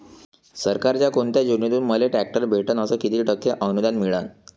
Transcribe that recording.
सरकारच्या कोनत्या योजनेतून मले ट्रॅक्टर भेटन अस किती टक्के अनुदान मिळन?